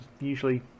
usually